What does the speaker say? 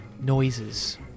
noises